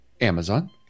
Amazon